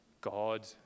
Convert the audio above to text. God